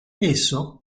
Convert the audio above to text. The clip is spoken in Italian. esso